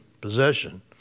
possession